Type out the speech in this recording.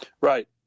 Right